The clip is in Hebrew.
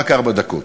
רק ארבע דקות.